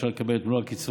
אפשר לקבל את מלוא הקצבה,